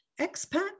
expat